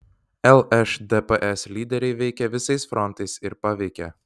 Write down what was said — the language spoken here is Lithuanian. lšdps lyderiai veikė visais frontais ir paveikė